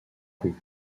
coups